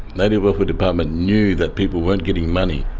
native welfare department knew that people weren't getting money.